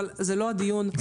אבל זה לא הדיון, אדוני.